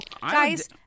guys-